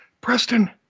Preston